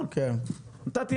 נכון, היה פה